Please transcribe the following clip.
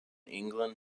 england